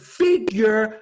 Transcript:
figure